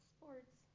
Sports